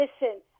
Listen